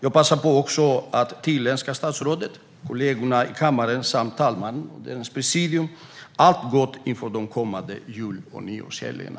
Jag vill passa på att tillönska statsrådet, kollegorna i kammaren samt talmannen och presidiet allt gott inför de kommande jul och nyårshelgerna.